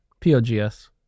P-O-G-S